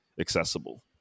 accessible